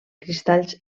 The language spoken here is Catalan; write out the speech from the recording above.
cristalls